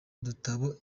dutabo